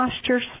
postures